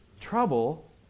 trouble